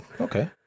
okay